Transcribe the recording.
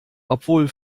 obwohl